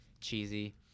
cheesy